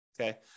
okay